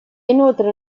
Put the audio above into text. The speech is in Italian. inoltre